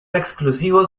exclusivo